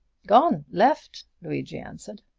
gone left! luigi answered.